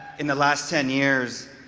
in the last ten years,